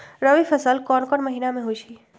रबी फसल कोंन कोंन महिना में होइ छइ?